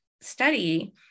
study